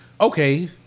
okay